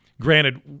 Granted